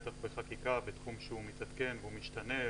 בטח בחקיקה בתחום שהוא מתעדכן והוא משתנה,